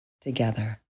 together